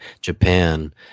Japan